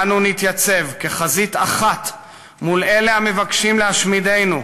אנו נתייצב כחזית אחת מול אלה המבקשים להשמידנו,